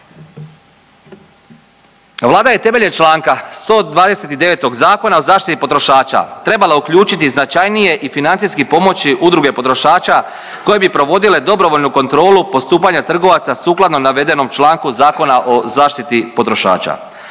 Vlada je temeljem čl. 129. Zakona o zaštiti potrošača trebala uključiti značajnije i financijski pomoći udruge potrošača koje bi provodile dobrovoljnu kontrolu postupanja trgovaca sukladno navedenom članku Zakona o zaštiti potrošača.